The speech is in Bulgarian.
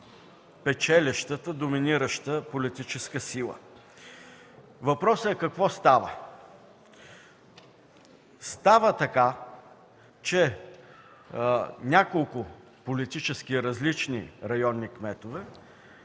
печелещата, доминираща политическа сила. Въпросът е: какво става? Става така, че няколко политически различни районни кметове